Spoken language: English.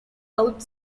out